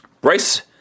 Bryce